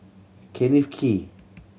Kenneth Kee